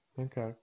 Okay